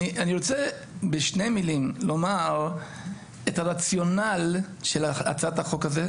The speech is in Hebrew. אני רוצה בשתי מילים לומר את הרציונל של הצעת החוק הזאת,